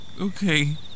Okay